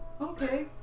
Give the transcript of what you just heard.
Okay